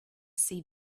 see